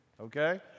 okay